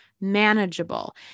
manageable